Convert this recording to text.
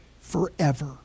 forever